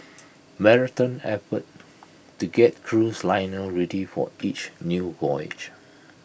marathon effort to get cruise liner ready for each new voyage